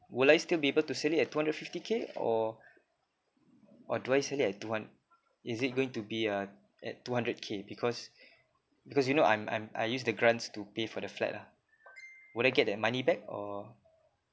would I still be able to sell it at two hundred fifty K or or do I sell it at two hun~ is it going to be uh at two hundred K because because you know I'm I'm I use the grants to pay for the flat lah would I get that money back or